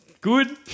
Good